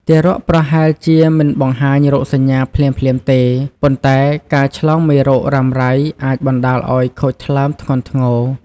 ទារកប្រហែលជាមិនបង្ហាញរោគសញ្ញាភ្លាមៗទេ ប៉ុន្តែការឆ្លងមេរោគរ៉ាំរ៉ៃអាចបណ្តាលឱ្យខូចថ្លើមធ្ងន់ធ្ងរ។